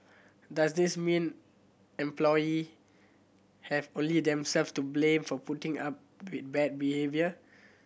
does this mean employee have only themselves to blame for putting up with bad behaviour